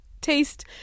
taste